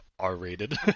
R-rated